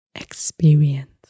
experience